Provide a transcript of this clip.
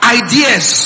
ideas